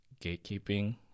gatekeeping